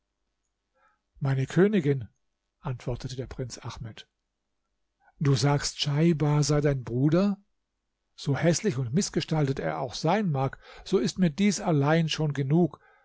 meine königin antwortete der prinz ahmed du sagst schaibar sei dein bruder so häßlich und mißgestaltet er auch sein mag so ist mir dies allein schon genug